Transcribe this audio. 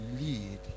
lead